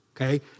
Okay